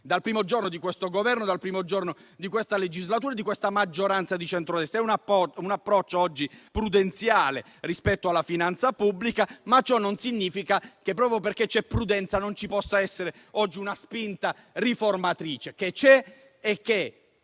dal primo giorno di questo Governo, di questa legislatura e di questa maggioranza di centrodestra, l'approccio è prudenziale rispetto alla finanza pubblica. Ciò però non significa che, proprio perché c'è prudenza, oggi non ci possa essere una spinta riformatrice, che c'è e che,